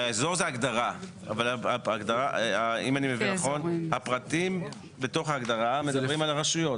זו הגדרה אבל אם אני מבין נכון הפרטים בתוך ההגדרה מדברים על הרשויות.